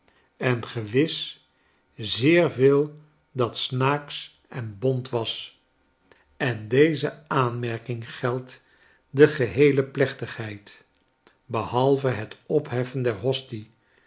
en gewis zeer veel dat snaaksch en bont was en deze aanmerking geldt de geheele plechtigheid behalve het opheffen der